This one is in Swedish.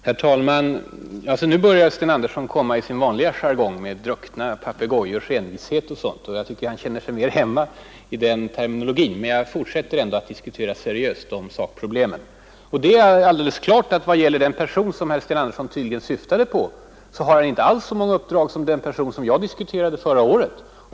Herr talman! Nu börjar Sten Andersson komma in i sin vanliga jargong. Han talar om ”en drucken papegojas envishet” och sådant, och det verkar som om han känner sig mer hemma med den terminologin. Men jag fortsätter ändå att diskutera seriöst om sakproblemen. Det är alldeles klart att den person som herr Andersson tydligen syftade på inte alls har så många uppdrag som den politiker jag diskuterade förra året.